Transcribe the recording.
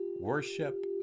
worship